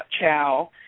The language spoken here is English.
chow